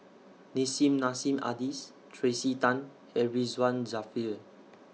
Nissim Nassim Adis Tracey Tan and Ridzwan Dzafir